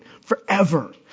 forever